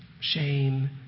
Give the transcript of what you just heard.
Shame